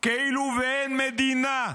כאילו שאין מדינה.